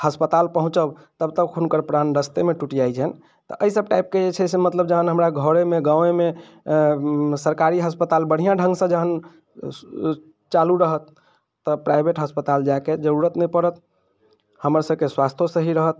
अस्पताल पहुँचब तब तक हुनकर प्राण रस्तेमे टुटि जाइ छनि तऽ अइ सभ टाइपके जे छै से मतलब जहन हमरा घरेमे गाँवेमे अऽ सरकारी अस्पताल बढ़िआँ ढङ्गसँ जहन चालू रहत तऽ प्राइवेट अस्पताल जाइके जरूरत नहि पड़त हमर सभके स्वास्थो सही रहत